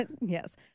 Yes